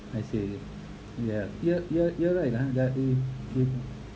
I see ya you're you're you're right ah but with with